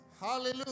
hallelujah